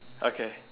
okay